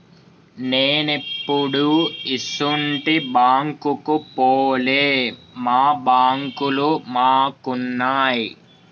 నేనెప్పుడూ ఇసుంటి బాంకుకు పోలే, మా బాంకులు మాకున్నయ్